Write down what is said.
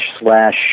slash